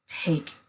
take